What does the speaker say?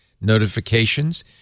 notifications